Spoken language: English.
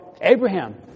Abraham